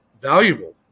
valuable